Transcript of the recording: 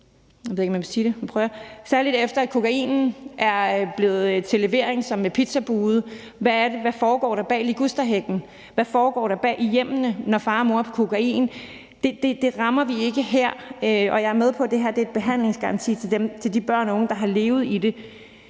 sige det – kokainen er blevet til levering som med pizzabude. Hvad foregår der bag ligusterhækken? Hvad foregår der i hjemmene, når far og mor er på kokain? Det rammer vi ikke her. Jeg er med på, at det her er en behandlingsgaranti til de børn og unge, der har levet i det.